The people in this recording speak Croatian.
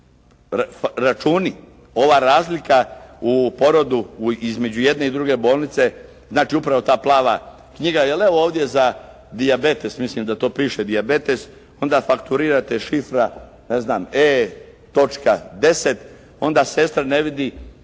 ova razlika u porodu između jedne i druge bolnice, znači upravo ta plava knjiga, jer evo ovdje za dijabetes, mislim da tu piše dijabetes, onda fakturirate šifra, ne znam E.10, onda sestra ne vidi